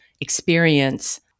experience